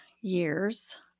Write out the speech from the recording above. years